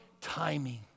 timing